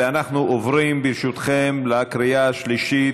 אנחנו עוברים, ברשותכם, לקריאה השלישית.